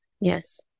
Yes